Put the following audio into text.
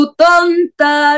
tonta